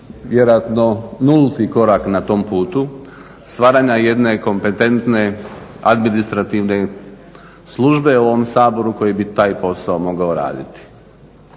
vjerojatno nulti korak na tom putu stvaranja jedne kompetentne administrativne službe u ovom Saboru koji bi taj posao mogao raditi.